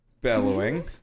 Bellowing